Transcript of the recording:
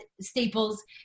Staples